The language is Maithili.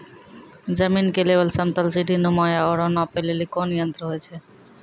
जमीन के लेवल समतल सीढी नुमा या औरो नापै लेली कोन यंत्र होय छै?